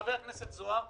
חבר הכנסת זוהר,